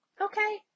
Okay